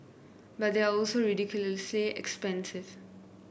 but they are also ridiculously expensive